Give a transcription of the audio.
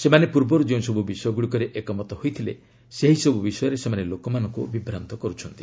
ସେମାନେ ପୂର୍ବରୁ ଯେଉଁସବୁ ବିଷୟଗୁଡ଼ିକରେ ଏକମତ ହୋଇଥିଲେ ସେହିସବୁ ବିଷୟରେ ସେମାନେ ଲୋକମାନଙ୍କୁ ବିଭ୍ରାନ୍ତ କରୁଛନ୍ତି